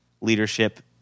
leadership